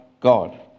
God